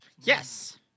Yes